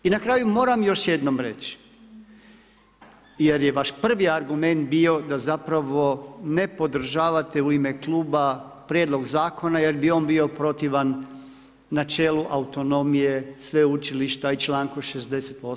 I na kraju moram još jednom reći jer vaš prvi argument bio da zapravo ne podržavate u ime kluba prijedlog zakona jer bi on bio protivan načelu autonomije sveučilišta i članku 68.